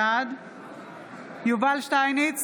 בעד יובל שטייניץ,